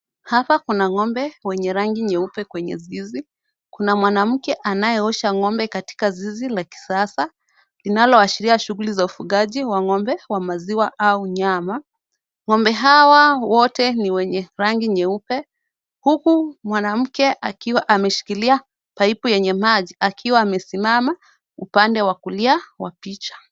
Hapa kuna ng'ombe wenye rangi nyeupe kwenye zizi. Kuna mwanamke anayeosha ng'ombe katika zizi la kisasa, linaloashiria shughuli za ufugaji wa ng'ombe wa maziwa au nyama. Ng'ombe hawa wote ni wenye rangi nyeupe, huku mwanamke akiwa ameshikilia pipe yenye maji, akiwa amesimama upande wa kulia wa picha.